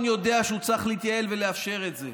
יודע שהוא צריך להתייעל ולאפשר את זה,